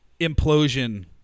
implosion